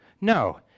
No